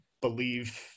believe